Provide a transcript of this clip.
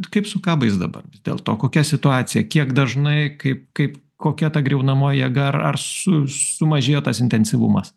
kaip su kabais dabar dėl to kokia situacija kiek dažnai kaip kaip kokia ta griaunamoji jėga ar ar su su sumažėjo tas intensyvumas